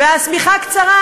והשמיכה קצרה,